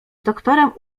doktorem